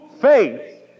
faith